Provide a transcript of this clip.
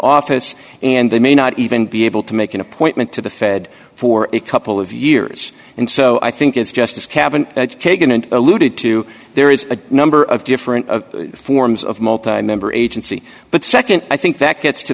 office and they may not even be able to make an appointment to the fed for a couple of years and so i think it's just as cabin kagan and alluded to there is a number of different forms of multi member agency but nd i think that gets to